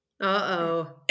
Uh-oh